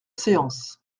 séance